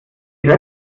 die